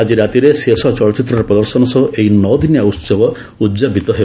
ଆଜି ରାତିରେ ଶେଷ ଚଳଚ୍ଚିତ୍ରର ପ୍ରଦର୍ଶନ ସହ ଏହି ନଅ ଦିନିଆ ଉତ୍ସବ ଉଦ୍ଯାପିତ ହେବ